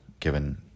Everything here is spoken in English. given